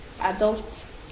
adult